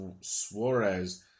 Suarez